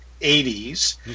80s